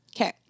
Okay